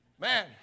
Man